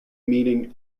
meeting